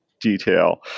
detail